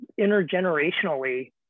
intergenerationally